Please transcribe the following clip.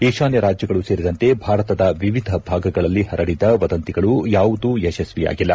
ಈಶಾನ್ಯ ರಾಜ್ಯಗಳು ಸೇರಿದಂತೆ ಭಾರತದ ವಿವಿಧ ಭಾಗಗಳಲ್ಲಿ ಪರಡಿದ ವದಂತಿಗಳು ಯಾವುದೂ ಯತಸ್ವಿಯಾಗಿಲ್ಲ